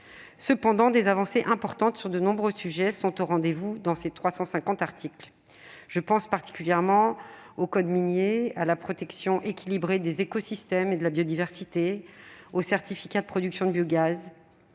Cependant, des avancées importantes, sur de nombreux sujets, sont au rendez-vous dans ces 350 articles. Je pense notamment au code minier, à la protection équilibrée des écosystèmes et de la biodiversité, aux certificats de production de biogaz,